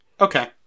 Okay